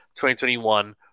2021